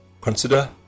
consider